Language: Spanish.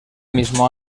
mismo